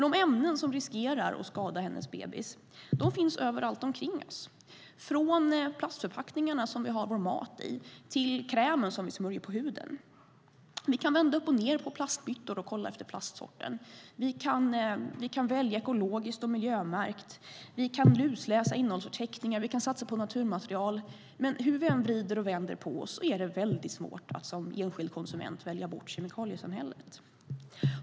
De ämnen som riskerar att skada hennes bebis finns överallt omkring oss, från plastförpackningarna som vi har vår mat i till krämen som vi smörjer in huden med. Vi kan vända uppochned på plastbyttor och kolla efter plastsorten, vi kan välja ekologiskt och miljömärkt, vi kan lusläsa innehållsförteckningar och vi kan satsa på naturmaterial, men hur vi än vrider och vänder på oss är det som enskild konsument väldigt svårt att välja bort kemikaliesamhället.